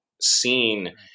seen